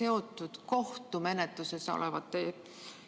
seotud kohtumenetluses olevate